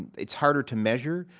it's harder to measure.